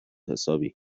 حسابی